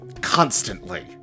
constantly